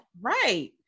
Right